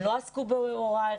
הם לא עסקו בהוראה.